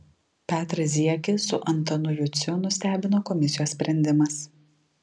petrą ziekį su antanu juciu nustebino komisijos sprendimas